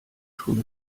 schon